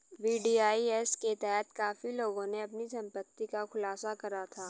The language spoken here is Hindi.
वी.डी.आई.एस के तहत काफी लोगों ने अपनी संपत्ति का खुलासा करा था